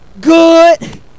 good